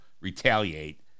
retaliate